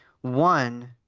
One